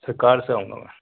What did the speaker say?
سر کار سے آؤں گا میں